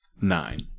Nine